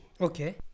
Okay